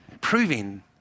Proving